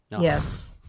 Yes